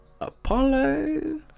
Apollo